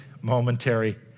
momentary